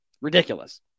Ridiculous